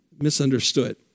misunderstood